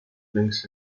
links